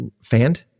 fanned